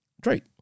Drake